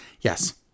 Yes